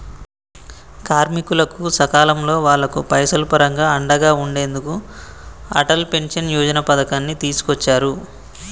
కార్మికులకు సకాలంలో వాళ్లకు పైసలు పరంగా అండగా ఉండెందుకు అటల్ పెన్షన్ యోజన పథకాన్ని తీసుకొచ్చారు